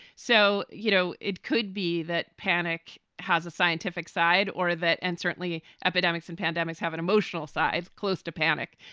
so, you know, it could be that panic has a scientific side or that. and certainly epidemics and pandemics have an emotional side close to panic.